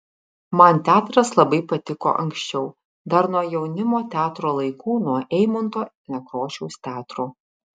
man teatras labai patiko anksčiau dar nuo jaunimo teatro laikų nuo eimunto nekrošiaus teatro